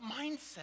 mindset